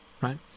right